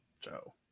Joe